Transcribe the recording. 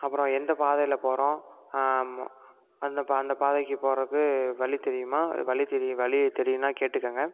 அப்புறம் எந்த பாதையில் போகறோம் மோ அந்த பா அந்த பாதைக்கு போகறக்கு வழி தெரியுமா வழி தெரி வழி தெரியும்னா கேட்டுக்கோங்க